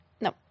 No